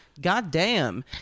Goddamn